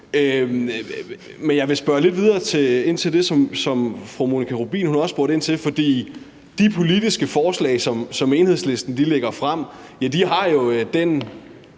Men jeg vil spørge lidt videre ind til det, som fru Monika Rubin også spurgte ind til. For de politiske forslag, som Enhedslisten lægger frem, har jo det